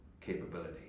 capability